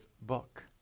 book